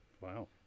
wow